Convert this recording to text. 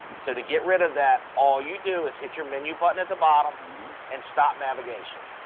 so to get rid of that all you do is hit your menu button at the bottom and stop navigation.